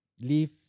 leave